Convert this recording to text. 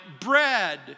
bread